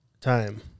time